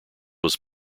was